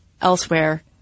elsewhere